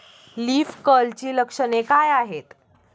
Leaf कर्लची लक्षणे काय आहेत?